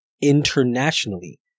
internationally